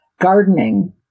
gardening